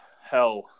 hell